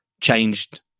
changed